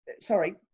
Sorry